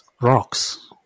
rocks